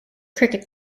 cricket